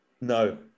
No